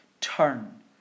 turn